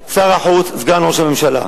שר החוץ, סגן ראש הממשלה,